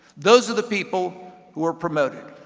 those are the people who are promoted,